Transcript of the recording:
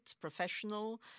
professional